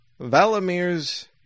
Valamir's